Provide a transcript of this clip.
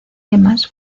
yemas